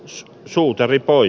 jos suutari paloi